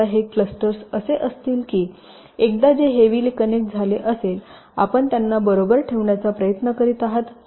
आता हे क्लस्टर्स असे असतील की एकदा जे हेविली कनेक्ट झाले असेल आपण त्यांना बरोबर ठेवण्याचा प्रयत्न करीत आहात